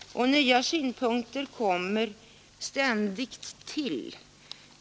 Nya synpunkter kommer ständigt till.